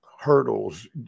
hurdles